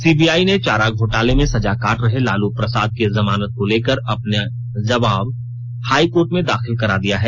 CBI ने चारा घोटाले में सजा काट रहे लालू प्रसाद की जमानत को लेकर अपना जवाब हाई कोर्ट में दाखिल कर दिया है